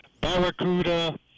barracuda